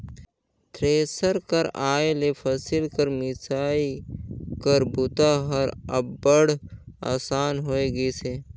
thresher कर आए ले फसिल कर मिसई कर बूता हर अब्बड़ असान होए गइस अहे